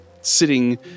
Sitting